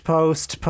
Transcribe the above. post